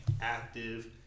active